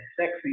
sexy